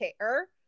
care